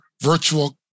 virtual